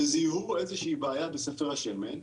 וזיהו איזושהי בעיה בספר השמן,